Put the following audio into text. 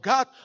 God